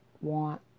want